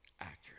accurate